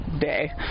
day